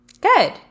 Good